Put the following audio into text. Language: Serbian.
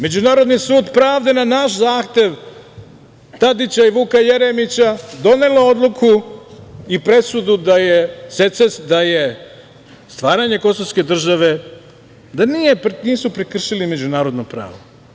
Međunarodni sud pravde, na naš zahtev, Tadića i Vuka Jeremića, donelo odluku i presudu da stvaranjem kosovske države nije prekršeno međunarodno pravo.